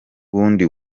bundi